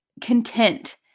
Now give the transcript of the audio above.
content